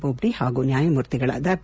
ಬೋಬ್ಡೆ ಹಾಗೂ ನ್ಯಾಯಮೂರ್ತಿಗಳಾದ ಬಿ